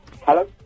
hello